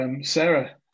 Sarah